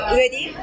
ready